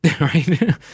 right